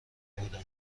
بودم